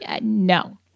no